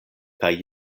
kaj